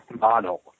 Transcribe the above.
model